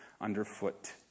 underfoot